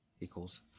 equals